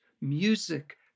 music